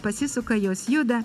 pasisuka jos juda